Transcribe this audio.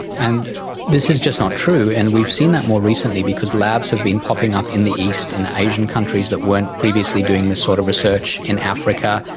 and this is just not true, and we've seen that more recently because labs have been popping up in the east, in asian countries that weren't previously doing this sort of research, in africa,